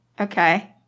Okay